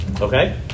Okay